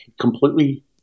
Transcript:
completely